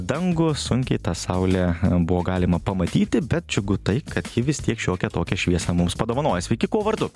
dangų sunkiai tą saulę buvo galima pamatyti bet džiugu tai kad ji vis tiek šiokią tokią šviesą mums padovanoja sveiki kuo vardu